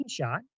screenshot